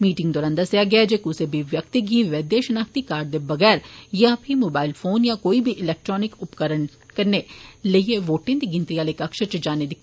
meeting दौरान दस्सेआ गेआ जे क्सा बी व्यक्ति गी वैद्य शिनाख्ती कार्ड दे बगैर यां फ्ही मोबाईल फोन यां कोई बी इलैक्ट्रानिक उपकरण कन्नै लेइयै वोटें दी गिनतरी आहले कक्ष च जाने दी ख्ल्ल नेई दित्ती जाग